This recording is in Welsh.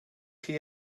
chi